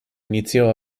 iniziò